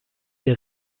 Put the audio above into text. der